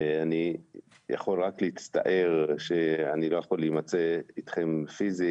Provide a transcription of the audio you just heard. אני יכול רק להצטער שאני לא יכול להימצא איתכם פיזית